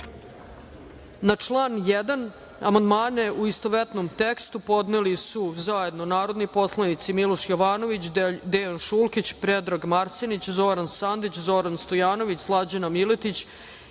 član 1. amandmane, u istovetnom tekstu, podneli su zajedno narodni poslanici Miloš Jovanović, Dejan Šulkić, Predrag Marsenić, Zoran Sandić, Zoran Stojanović, Slađana Miletić